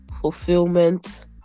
fulfillment